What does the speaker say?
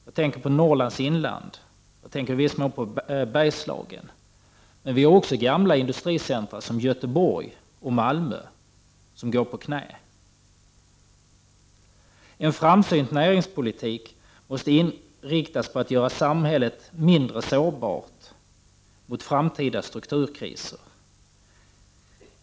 Jag tänker då på Norrlands inland och i viss mån på Bergslagen. Men också gamla industricentra som Göteborg och Malmö går på knän. En framsynt näringspolitik måste inriktas på att göra samhället mindre sårbart mot framtida strukturkriser.